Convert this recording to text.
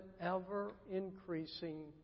ever-increasing